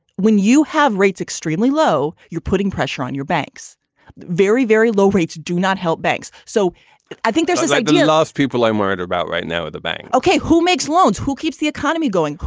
when you have rates extremely low, you're putting pressure on your banks very, very low rates do not help banks. so i think there's this idea last people i'm worried about right now at the bank. ok. who makes loans? who keeps the economy going?